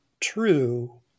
true